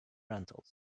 rentals